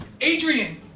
Adrian